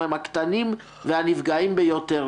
הם הקטנים והנפגעים ביותר,